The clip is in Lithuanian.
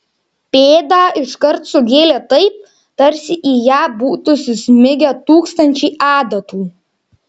pėdą iškart sugėlė taip tarsi į ją būtų susmigę tūkstančiai adatų